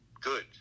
good